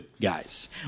guys